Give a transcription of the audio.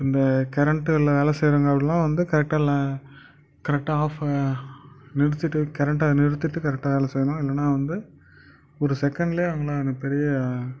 இந்த கரண்டில் வேலை செய்யறவங்க அப்படில்லாம் வந்து கரெக்டாகலாம் கரெக்டாக ஆஃபு நிறுத்திவிட்டு கரண்ட நிறுத்திவிட்டு கரெக்டாக வேலை செய்யணும் இல்லைன்னா வந்து ஒரு செகண்ட்லயே வந்து நம்மளுக்கு பெரிய